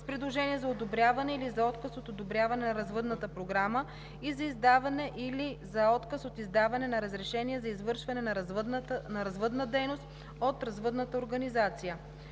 с предложение за одобряване или за отказ от одобряване на развъдната програма и за издаване или за отказ от издаване на разрешение за извършване на развъдна дейност от развъдната организация.